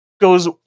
goes